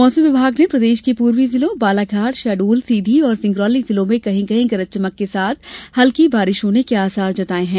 मौसम विभाग ने प्रदेश के पूर्वी जिलों बालाघाट शहडोल सीधी और सिंगरौली जिलों में कहीं कहीं गरज चमक के साथ हल्की बारिश होने के आसार व्यक्त किये हैं